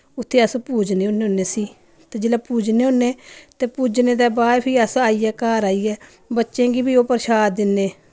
उत्थै अस पूजने होने उस्सी ते जेल्लै पूजने होन्ने ते पूजने दे बाद फ्ही अस आइयै घर आइयै बच्चें गी बी ओह् परशाद दिन्ने